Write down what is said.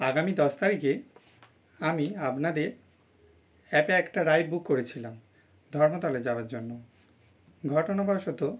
আগামী দশ তারিখে আমি আপনাদের অ্যাপে একটা রাইড বুক করেছিলাম ধর্মতলা যাওয়ার জন্য ঘটনাবশত